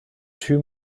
two